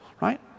right